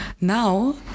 Now